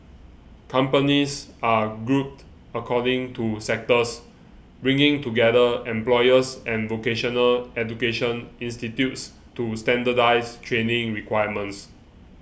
companies are grouped according to sectors bringing together employers and vocational education institutes to standardise training requirements